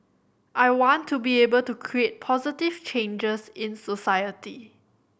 I want to be able to create positive changes in society